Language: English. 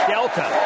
Delta